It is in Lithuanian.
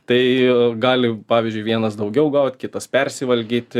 tai gali pavyzdžiui vienas daugiau gaut kitas persivalgyti